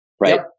right